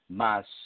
mas